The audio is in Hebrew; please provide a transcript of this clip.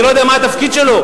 אני לא יודע מה התפקיד שלו,